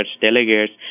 delegates